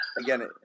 again